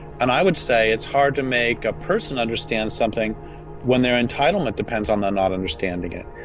and i would say, it's hard to make a person understand something when their entitlement depends on them not understanding it,